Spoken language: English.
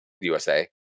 USA